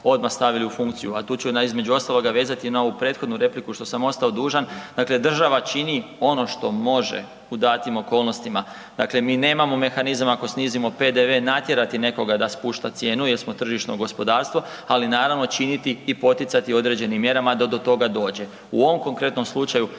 odmah stavili u funkciju a tu ću između ostaloga vezati na ovu prethodnu repliku što sam ostao dužan, dakle država čini ono što može u datim okolnostima. Dakle mi nemamo mehanizama ako snizimo PDV, natjerati nekoga da spušta cijenu jer smo tržišno gospodarstvo ali naravno, činiti i poticati određenim mjerama da do toga dođe. U ovom konkretnom slučaju